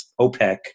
OPEC